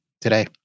today